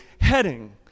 heading